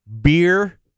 beer